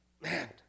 Man